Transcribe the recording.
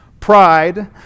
pride